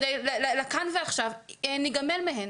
לכאן ועכשיו, ניגמל מהן.